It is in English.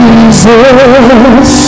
Jesus